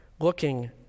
looking